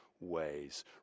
ways